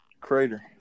Crater